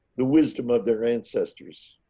the wisdom of their ancestors.